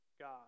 God